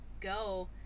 go